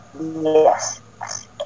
Yes